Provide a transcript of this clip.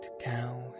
cow